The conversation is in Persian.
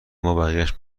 مابقیش